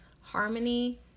harmony